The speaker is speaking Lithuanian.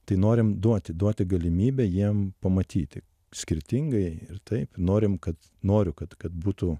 tai norim duoti duoti galimybę jiem pamatyti skirtingai ir taip norim kad noriu kad kad būtų